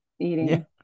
eating